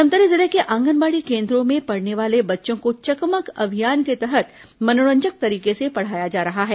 धमतरी जिले के आंगनबाड़ी केन्द्रों में पढ़ने वाले बच्चों को चकमक अभियान के तहत मनोरंजक तरीके से पढ़ाया जा रहा है